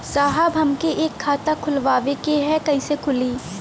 साहब हमके एक खाता खोलवावे के ह कईसे खुली?